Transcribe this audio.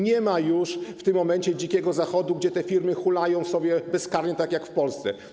Nie ma już w tym momencie dzikiego zachodu, gdzie te firmy hulają sobie bezkarnie tak jak w Polsce.